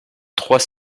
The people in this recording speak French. trois